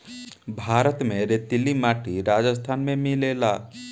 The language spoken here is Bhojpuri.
भारत में रेतीली माटी राजस्थान में मिलेला